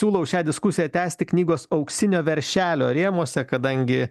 siūlau šią diskusiją tęsti knygos auksinio veršelio rėmuose kadangi